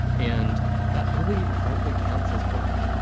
and that really hardly counts as work.